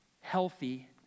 healthy